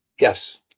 Yes